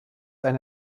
eine